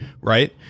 right